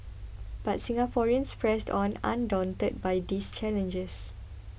but Singaporeans pressed on undaunted by these challenges